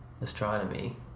astronomy